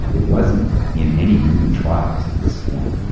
it wasn't in any human trials at this point.